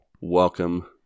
welcome